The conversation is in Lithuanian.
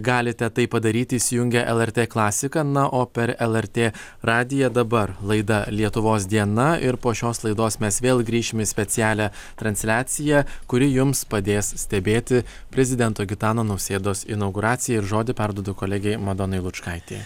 galite tai padaryti įsijungę lrt klasiką na o per lrt radiją dabar laida lietuvos diena ir po šios laidos mes vėl grįšim į specialią transliaciją kuri jums padės stebėti prezidento gitano nausėdos inauguraciją ir žodį perduodu kolegei madonai lučkaitei